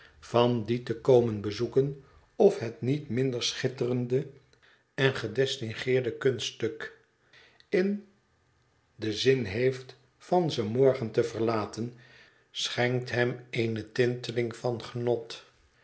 van dien te komen bezoeken of het niet minder schitterende en gedistingueerde kunststuk in den zin heeft van ze morgen te verlaten schenkt hem eene tinteling van genot